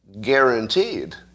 guaranteed